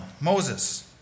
Moses